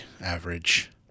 average